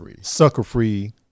sucker-free